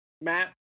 Matt